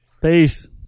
Peace